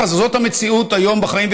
זאת המציאות היום בחיים,